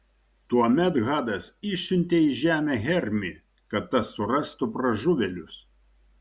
tuomet hadas išsiuntė į žemę hermį kad tas surastų pražuvėlius